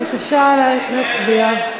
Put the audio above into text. בבקשה להצביע.